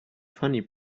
funny